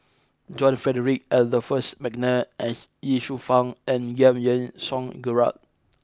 John Frederick Adolphus McNair Ye Shufang and Giam Yean Song Gerald